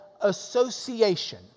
association